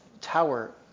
Tower